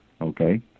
okay